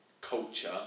culture